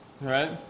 Right